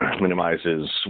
Minimizes